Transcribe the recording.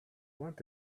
want